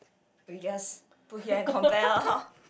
we just put here and compare lor